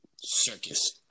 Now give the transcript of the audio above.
circus